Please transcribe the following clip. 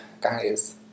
guys